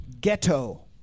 ghetto